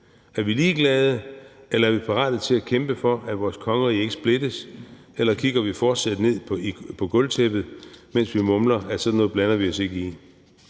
Er vi ligeglade, eller er vi parate til at kæmpe for, at vores kongerige ikke splittes? Eller kigger vi fortsat ned i gulvtæppet, mens vi mumler, at sådan noget blander vi os ikke i?